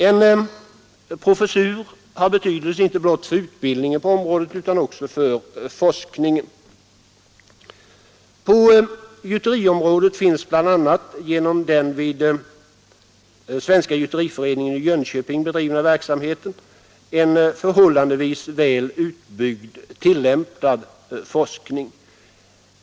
En professur har betydelse icke blott för utbildningen på området, utan också för forskningen. På gjuteriområdet finns bl.a. genom den vid Svenska gjuteriföreningen i Jönköping bedrivna verksamheten en förhållandevis väl utbyggd tillämpad forskning.